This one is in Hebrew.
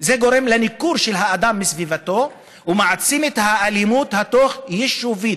"גורם לניכור של האדם מסביבתו ומעצים את האלימות התוך-יישובית.